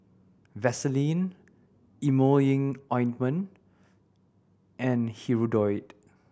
Vaselin Emulsying Ointment and Hirudoid